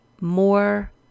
more